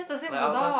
like after